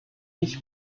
ich